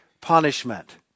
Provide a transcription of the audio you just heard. punishment